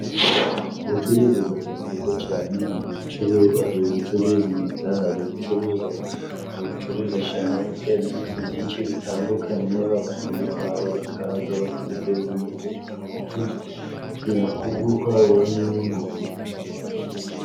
Ubucuruzi bubaga bwiza cane hari hari ugucuruza impeta, hari ugucuruza shanete n'ibindi byinshi bitandukanye, abakiriya bawe bakaza bakaguteza imbere, ukishima kubw'uko wabonye inyungu.